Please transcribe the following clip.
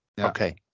Okay